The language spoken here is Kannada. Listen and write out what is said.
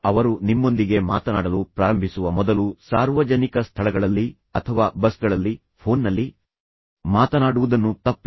ಅವರು ನಿಮ್ಮೊಂದಿಗೆ ಮಾತನಾಡಲು ಪ್ರಾರಂಭಿಸುವ ಮೊದಲು ಸಾರ್ವಜನಿಕ ಸ್ಥಳಗಳಲ್ಲಿ ಅಥವಾ ಬಸ್ಗಳಲ್ಲಿ ಫೋನ್ನಲ್ಲಿ ಮಾತನಾಡುವುದನ್ನು ತಪ್ಪಿಸಿ